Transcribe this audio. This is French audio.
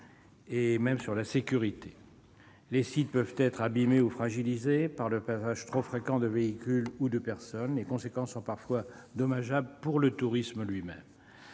même sur la sécurité. Les sites peuvent être abîmés ou fragilisés par le passage trop fréquent de véhicules ou de personnes. Les conséquences sont parfois dommageables pour le tourisme lui-même.